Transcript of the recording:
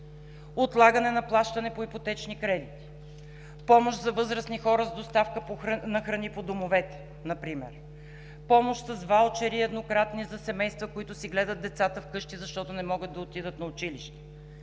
отлагане на плащане по ипотечни кредити; помощ за възрастни хора с доставка на храни по домовете например; помощ с еднократни ваучери за семейства, които си гледат децата вкъщи, защото не могат да отидат на училище.